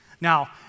Now